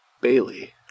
Bailey